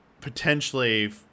potentially